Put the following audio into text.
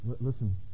listen